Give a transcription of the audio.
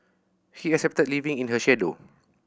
he accepted living in her shadow